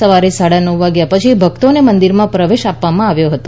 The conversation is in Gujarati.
સવારે સાડા નવ વાગ્યા પછી ભક્તોને મંદિરમાં પ્રવેશ આપવામાં આવ્યો હતો